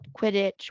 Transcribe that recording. Quidditch